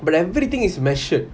but everything is measured